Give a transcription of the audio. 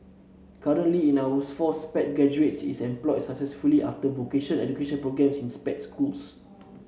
currently in four Sped graduates is employed successfully after vocational education in Sped schools